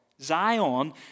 Zion